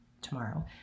tomorrow